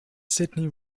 sidney